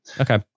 okay